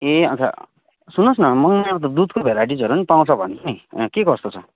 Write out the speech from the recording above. ए अन्त सुन्नुहोस् न मङमायामा त दुधको भोराइटिजहरू पनि पाउँछ भन्छ नि के कस्तो छ